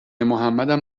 محمدم